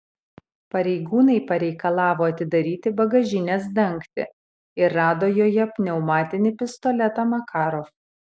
pareigūnai pareikalavo atidaryti bagažinės dangtį ir rado joje pneumatinį pistoletą makarov